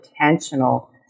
intentional